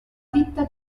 ditta